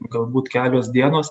galbūt kelios dienos